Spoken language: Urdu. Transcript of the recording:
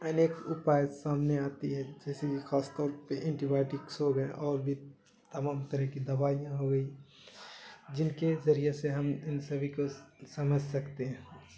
انیک اپائے سامنے آتی ہے جیسے کہ خاص طور پہ اینٹیبایوٹکس ہو گیا اور بھی تمام طرح کی دوائیاں ہو گئی جن کے ذریعے سے ہم ان سبھی کو سمجھ سکتے ہیں